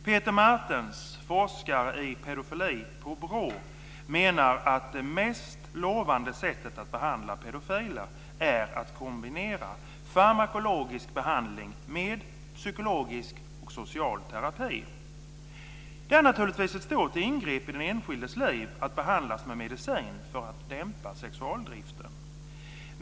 Peter Martens, forskare i pedofili på BRÅ, menar att det mest lovande sättet att behandla pedofiler är att kombinera farmakologisk behandling med psykologisk och social terapi. Det är naturligtvis ett stort ingrepp i den enskildes liv att behandlas med mediciner för att dämpa sexualdriften.